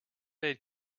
aid